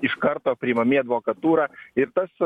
iš karto priimami į advokatūrą ir tas